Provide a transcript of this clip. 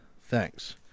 Thanks